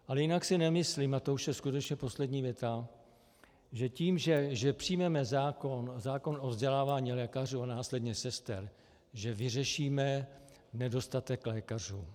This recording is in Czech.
Ale jinak si nemyslím, a to už je skutečně poslední věta, že tím, že přijmeme zákon, zákon o vzdělávání lékařů a následně sester, vyřešíme nedostatek lékařů.